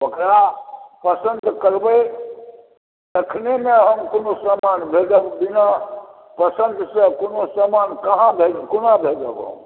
ओकरा पसन्द करबै तखने ने हम कोनो समान भेजब बिना पसन्द से कोनो समान कहाँ भेजब कोना भेजब हम